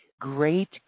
great